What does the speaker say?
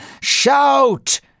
Shout